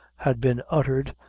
had been uttered,